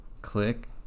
click